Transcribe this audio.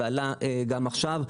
ועלה גם עכשיו,